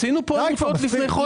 עשינו פה העברות תקציביות לפני חודש.